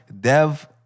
Dev